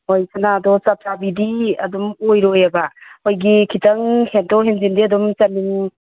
ꯍꯣꯏ ꯁꯅꯥꯗꯣ ꯆꯞ ꯆꯥꯕꯤꯗꯤ ꯑꯗꯨꯝ ꯑꯣꯏꯔꯣꯏꯕ ꯑꯩꯈꯣꯏꯒꯤ ꯈꯤꯇꯪ ꯍꯦꯟꯇꯣꯛ ꯍꯦꯟꯖꯤꯟꯗꯤ ꯑꯗꯨꯝ ꯆꯅꯤꯡ